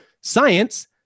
science